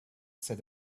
said